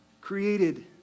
created